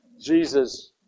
Jesus